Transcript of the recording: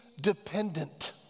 dependent